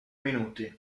minuti